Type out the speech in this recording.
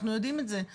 אנחנו יודעים את זה.